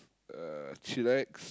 uh chillax